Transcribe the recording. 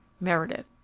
Meredith